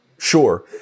Sure